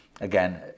again